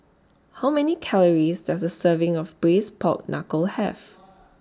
How Many Calories Does A Serving of Braised Pork Knuckle Have